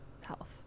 health